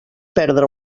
perdre